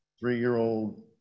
three-year-old